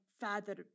father